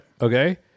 Okay